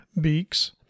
beaks